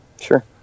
sure